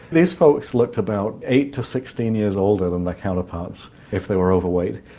these folks looked about eight to sixteen years older than their counterparts if they were overweight.